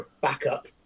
backup